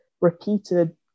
repeated